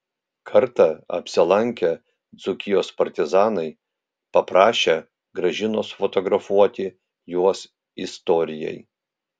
kartą apsilankę dzūkijos partizanai paprašę gražinos fotografuoti juos istorijai